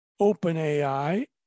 OpenAI